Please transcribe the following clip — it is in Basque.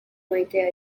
maitea